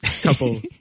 couple